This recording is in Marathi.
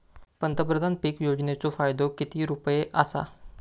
पंतप्रधान पीक योजनेचो फायदो किती रुपये आसा?